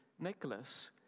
Nicholas